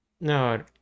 No